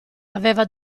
aveva